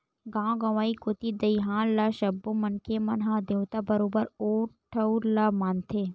गाँव गंवई कोती दईहान ल सब्बो मनखे मन ह देवता बरोबर ओ ठउर ल मानथे